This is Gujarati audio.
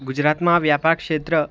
ગુજરાતમાં વ્યાપાર ક્ષેત્ર